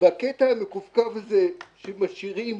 בקטע המקווקו שמשאירים